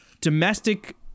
domestic